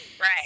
Right